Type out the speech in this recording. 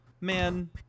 man